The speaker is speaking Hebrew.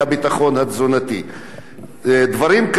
דברים כאלה קורים למשל בנגב.